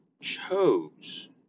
Chose